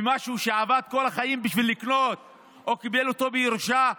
ממשהו שהוא עבד כל החיים בשביל לקנות או קיבל אותה בירושה מדורי-דורות,